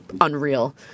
unreal